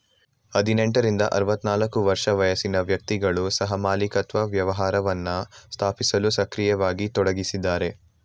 ಹದಿನೆಂಟ ರಿಂದ ಆರವತ್ತನಾಲ್ಕು ವರ್ಷ ವಯಸ್ಸಿನ ವ್ಯಕ್ತಿಗಳು ಸಹಮಾಲಿಕತ್ವ ವ್ಯವಹಾರವನ್ನ ಸ್ಥಾಪಿಸಲು ಸಕ್ರಿಯವಾಗಿ ತೊಡಗಿಸಿದ್ದಾರೆ